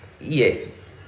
yes